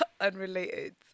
unrelated